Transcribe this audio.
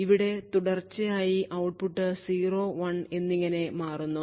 ഇവിടെ തുടർച്ചയായി ഔട്ട്പുട്ട് 0 1 എന്നിങ്ങനെ മാറുന്നു